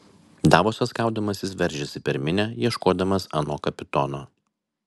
davosas kaudamasis veržėsi per minią ieškodamas ano kapitono